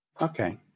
okay